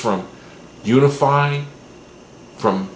from unifying from